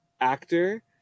actor